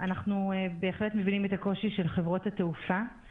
אנחנו בהחלט מבינים את הקושי של חברות התעופה,